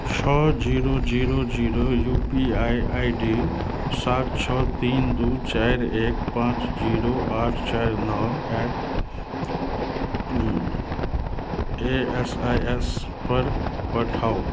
छओ zero zero zero U P I I D सात छओ तीन दू चारि एक पाँच जीरो आठ चारि नओ at A S I S पर पठाउ